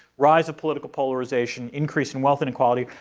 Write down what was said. rise of political polarization, increase in wealth inequality,